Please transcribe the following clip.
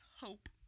hope